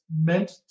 meant